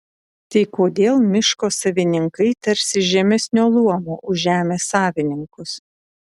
tai kodėl miško savininkai tarsi žemesnio luomo už žemės savininkus